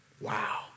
Wow